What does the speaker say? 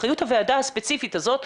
אחריות הוועדה הספציפית הזאת,